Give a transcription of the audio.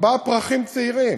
ארבעה פרחים צעירים,